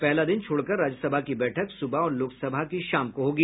पहला दिन छोड़कर राज्यसभा की बैठक सुबह और लोकसभा की शाम को होगी